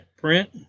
print